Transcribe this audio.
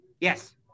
Yes